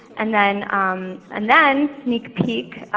and then and then sneak peak,